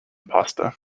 pasta